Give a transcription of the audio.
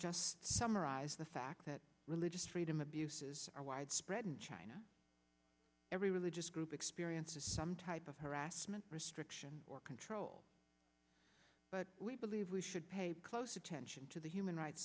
just summarize the fact that religious freedom abuses are widespread in china every religious group experiences some type of harassment restriction or control but we believe we should pay close attention to the human rights